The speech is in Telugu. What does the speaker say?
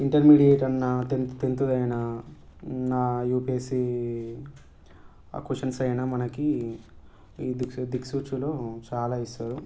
ఇంటర్మీడియట్ అన టెన్త్ టెన్త్దైనా ఇంకా యూపీఎస్సీ కొషన్స్ అయినా మనకి ఈ దిక్సూచులు చాలా ఇస్తరు